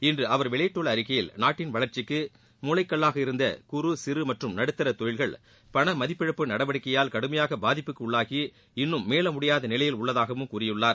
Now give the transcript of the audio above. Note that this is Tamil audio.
இன்று அவர் வெளியிட்டுள்ள அறிக்கையில் நாட்டின் வளர்ச்சிக்கு மூலைக்கல்லாக இருந்த குறு சிறு மற்றும் நடுத்தர தொழில்கள் பணமதிப்பிழப்பு நடவடிக்கையால் கடுமையான பாதிப்புக்கு உள்ளாகி இன்னும் மீளமுடியாத நிலையில் உள்ளதாகவும் கூறியுள்ளார்